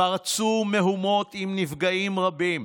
פרצו מהומות עם נפגעים רבים.